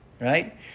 right